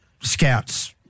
scouts